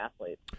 athletes